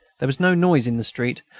there was no noise in the street,